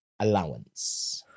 allowance